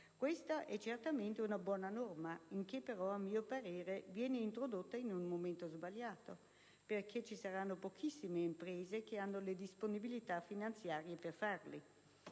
Questa è certamente una buona norma, che però, a mio parere, viene introdotta in un momento sbagliato, perché ci saranno pochissime imprese che avranno le disponibilità finanziarie per farlo.